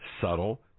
subtle